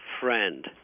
friend